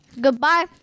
Goodbye